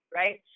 right